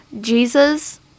Jesus